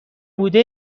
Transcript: بوده